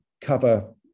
cover